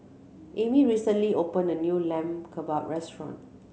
Amy recently open a new Lamb Kebab restaurant